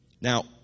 Now